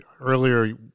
earlier